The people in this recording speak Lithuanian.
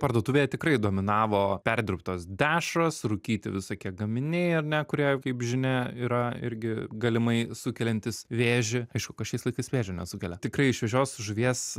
parduotuvėje tikrai dominavo perdirbtos dešros rūkyti visokie gaminiai ar ne kurie kaip žinia yra irgi galimai sukeliantys vėžį aišku kas šiais laikais vėžio nesukelia tikrai šviežios žuvies